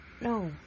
No